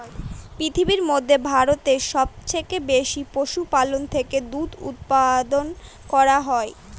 পৃথিবীর মধ্যে ভারতে সবচেয়ে বেশি পশুপালন থেকে দুধ উপাদান করা হয়